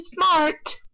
smart